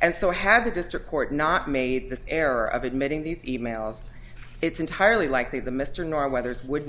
and so have the district court not made the error of admitting these e mails it's entirely likely the mr nor wethers would